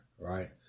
right